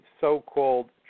so-called